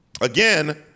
Again